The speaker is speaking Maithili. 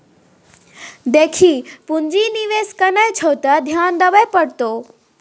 देखी पुंजी निवेश केने छी त ध्यान देबेय पड़तौ